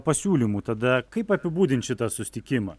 pasiūlymų tada kaip apibūdint šitą susitikimą